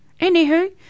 Anywho